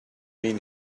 mean